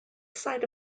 site